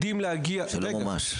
זה לא מומש.